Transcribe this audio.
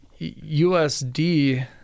USD